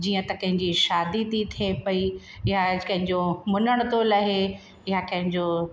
जीअं त कंहिंजी शादी थी थिए पेई या कंहिंजो मुनण थो लहे या कंहिंजो